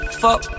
fuck